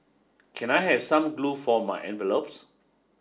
can I have some glue for my envelopes